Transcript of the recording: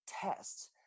test